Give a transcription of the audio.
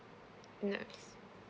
no